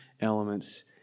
elements